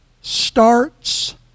starts